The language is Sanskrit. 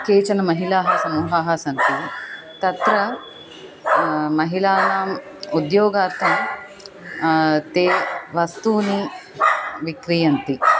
केचन महिलासमूहाः सन्ति तत्र महिलानाम् उद्योगार्थं ते वस्तूनि विक्रीयन्ते